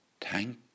Thank